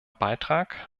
beitrag